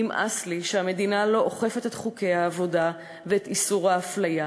נמאס לי שהמדינה לא אוכפת את חוקי העבודה ואת איסור האפליה.